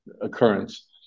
occurrence